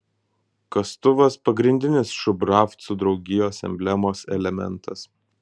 kastuvas pagrindinis šubravcų draugijos emblemos elementas